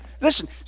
Listen